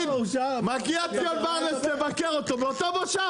מגיע ציון ברנס לבקר אותו באותו מושב